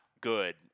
good